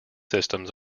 systems